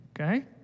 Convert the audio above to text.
okay